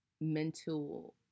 mental